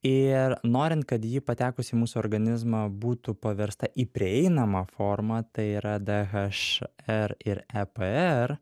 ir norint kad ji patekus į mūsų organizmą būtų paversta į prieinamą formą tai yra dhr ir epr